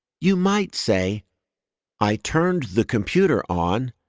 you might say i turned the computer on,